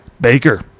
Baker